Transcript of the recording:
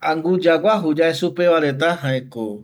Anguya guaju yae supeva reta jaeko